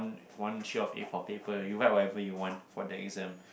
one sheet of A four paper you write whatever you want for the exam